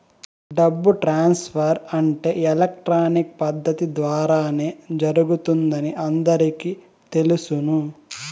డబ్బు ట్రాన్స్ఫర్ అంటే ఎలక్ట్రానిక్ పద్దతి ద్వారానే జరుగుతుందని అందరికీ తెలుసును